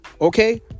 Okay